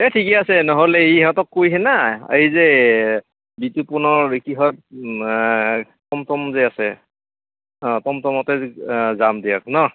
এই ঠিকে আছে নহ'লে এই ইহঁতক কৈ কেনে না এই যে বিতোপন ঋকিহঁত টমটম যে আছে অঁ টমটমতে যাম দিয়ক ন